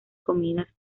comidas